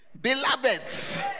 Beloveds